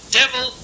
devil